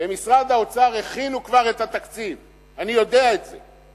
במשרד האוצר כבר הכינו את התקציב, אני יודע את זה.